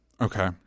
Okay